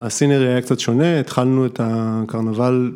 הscenary היה קצת שונה, התחלנו את הקרנבל.